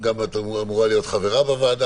את גם אמורה להיות חברה בוועדה,